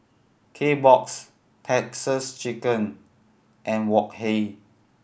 Kbox Texas Chicken and Wok Hey